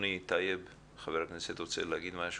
אדוני חבר הכנסת טייב, רוצה להגיד משהו?